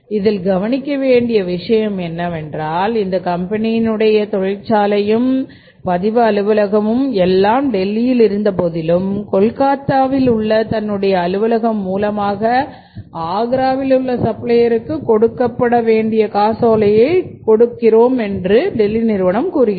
இதில் கவனிக்க வேண்டிய விஷயம் என்னவென்றால் இந்த கம்பெனியின் உடைய தொழிற்சாலையும் பதிவு அலுவலகம் எல்லாம் டெல்லியில் இருந்த போதிலும் கொல்கத்தாவில் உள்ள தன்னுடைய அலுவலகம் மூலமாக ஆக்ராவிலுள்ள சப்ளையர்க்கு கொடுக்கப்பட காசோலை கொடுக்கப்படுகிறது